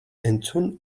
entzun